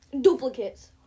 duplicates